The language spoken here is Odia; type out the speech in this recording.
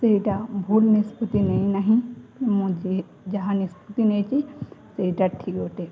ସେଇଟା ଭୁଲ ନିଷ୍ପତ୍ତି ନେଇନାହିଁ ମୁଁ ଯଏ ଯାହା ନିଷ୍ପତ୍ତି ନେଇଛି ସେଇଟା ଠିକ୍ ଅୋଟେ